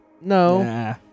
No